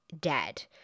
dead